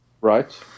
Right